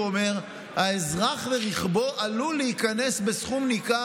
הוא אומר: האזרח ורכבו עלול להיקנס בסכום ניכר.